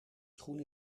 schoen